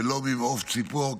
ולא ממעוף הציפור,